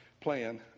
plan